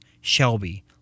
Shelby